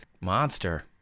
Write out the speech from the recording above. monster